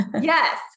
Yes